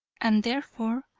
and therefore,